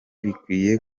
bikwiye